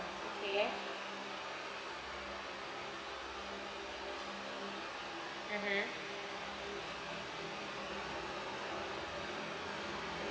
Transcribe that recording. okay mmhmm